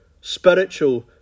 spiritual